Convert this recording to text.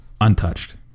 untouched